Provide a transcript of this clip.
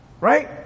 Right